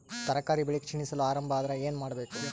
ತರಕಾರಿ ಬೆಳಿ ಕ್ಷೀಣಿಸಲು ಆರಂಭ ಆದ್ರ ಏನ ಮಾಡಬೇಕು?